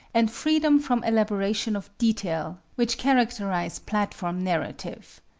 and freedom from elaboration of detail, which characterize platform narrative.